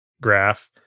graph